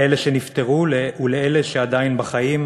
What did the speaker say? לאלה שנפטרו ולאלה שעודם בחיים